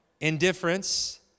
Indifference